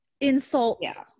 insults